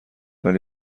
ولی